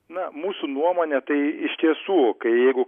na mūsų nuomone tai iš tiesų kai jeigu